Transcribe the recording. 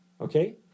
Okay